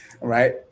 right